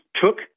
took